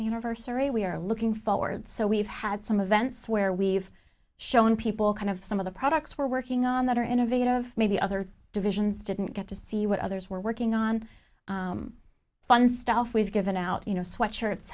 anniversary we are looking forward so we've had some of vents where we've shown people kind of some of the products we're working on that are innovative maybe other divisions didn't get to see what others were working on fun stuff we've given out you know sweat shirts